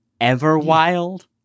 Everwild